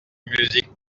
musique